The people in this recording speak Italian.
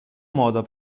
modo